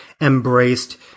embraced